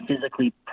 physically